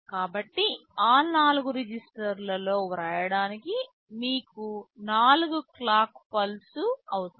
కాబట్టి ఆ 4 రిజిస్టర్లలో వ్రాయడానికి మీకు 4 క్లాక్ పల్స్లు అవసరం